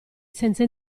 senza